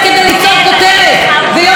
כל הכותרת שלכם לא שווה כלום,